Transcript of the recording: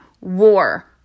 War